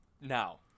now